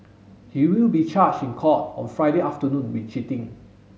he will be charged in court on Friday afternoon with cheating